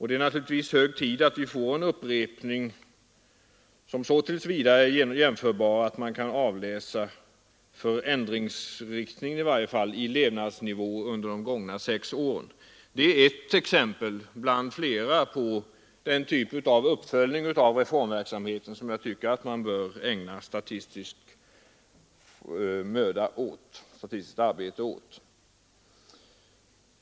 Det är naturligtvis hög tid att vi får en upprepning som är jämförbar så till vida att man kan avläsa i varje fall förändringsriktningen i levnadsnivå under de gångna sex åren. Det är ett exempel bland flera på den typ av uppföljning av reformverksamheten som jag tycker att man bör ägna statistisk möda och arbete åt.